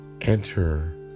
Enter